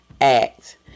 act